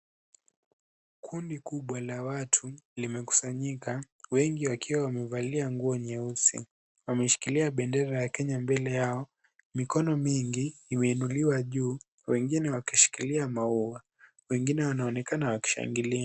Kundi kubwa la watu limekusanyika wengi wakiwa wamevalia nguo nyeusi. Wameshikilia bendera ya kenya mbele yao. Mikono mingi imeinuliwa juu wengine wakishikilia maua wengine wanaonekana wakishangilia.